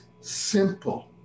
simple